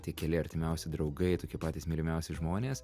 tai keli artimiausi draugai tokie patys mylimiausi žmonės